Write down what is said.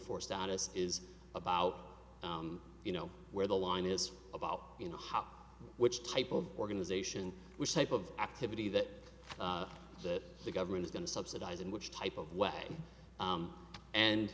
four status is about you know where the line is about you know how which type of organization which type of activity that that the government is going to subsidize and which type of way